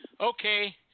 Okay